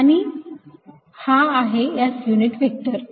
हा आहे S unit vector